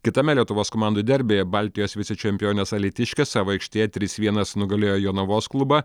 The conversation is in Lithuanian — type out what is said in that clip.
kitame lietuvos komandų derbyje baltijos vicečempionės alytiškės savo aikštėje trys vienas nugalėjo jonavos klubą